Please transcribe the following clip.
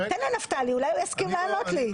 תן לנפתלי, אולי הוא יסכים לענות לי.